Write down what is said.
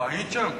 מה, היית שם?